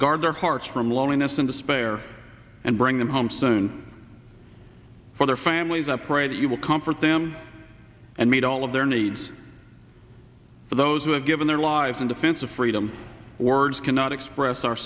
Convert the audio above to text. guard their hearts from loneliness and despair and bring them home soon for their families upright you will comfort them and meet all of their needs for those who have given their lives in defense of freedom ords cannot express our